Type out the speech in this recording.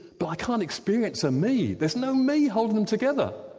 but i can't experience a me. there's no me holding them together.